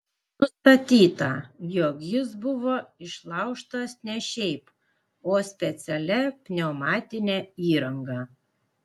nustatyta jog jis buvo išlaužtas ne šiaip o specialia pneumatine įranga